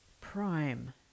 Prime